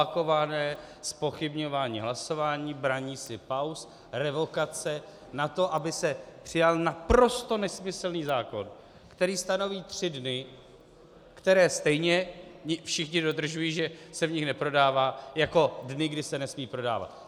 Opakované zpochybňování hlasování, braní si pauz, revokace na to, aby se přijal naprosto nesmyslný zákon, který stanoví tři dny, které stejně všichni dodržují, že se v nich neprodává, jako dny, kdy se nesmí prodávat.